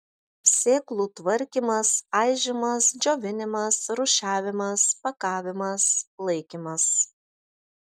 sėklų tvarkymas aižymas džiovinimas rūšiavimas pakavimas laikymas